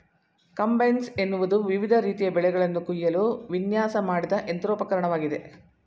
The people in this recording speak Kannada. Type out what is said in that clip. ಕಂಬೈನ್ಸ್ ಎನ್ನುವುದು ವಿವಿಧ ರೀತಿಯ ಬೆಳೆಗಳನ್ನು ಕುಯ್ಯಲು ವಿನ್ಯಾಸ ಮಾಡಿದ ಯಂತ್ರೋಪಕರಣವಾಗಿದೆ